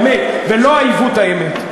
ולא עיוות האמת.